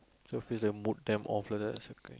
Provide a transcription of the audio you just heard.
show face the mood damn off like that